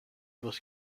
was